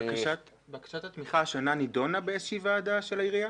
בקשת התמיכה השנה נידונה באיזושהי ועדה של העירייה?